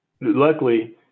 luckily